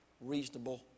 reasonable